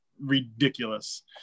ridiculous